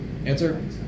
Answer